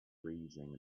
reading